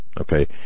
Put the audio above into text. okay